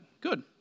Good